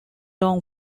long